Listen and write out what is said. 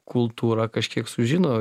kultūrą kažkiek sužino